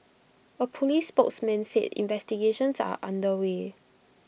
A Police spokesman said investigations are under way